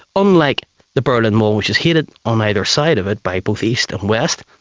unlike the berlin wall which is hated on either side of it by both east and west,